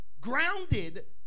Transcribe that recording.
grounded